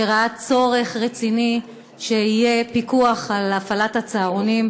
שראה צורך רציני שיהיה פיקוח על הפעלת הצהרונים,